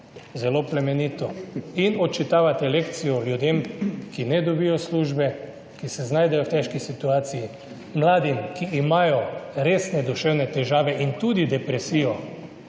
Zelo plemenito. In odčitavate lekcijo ljudem, ki ne dobijo službe, ki se znajdejo v težki situaciji, mladi ki imajo resne duševne težave in tudi depresijo